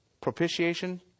Propitiation